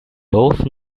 both